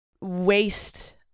waste